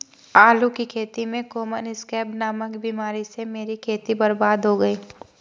आलू की खेती में कॉमन स्कैब नामक बीमारी से मेरी खेती बर्बाद हो गई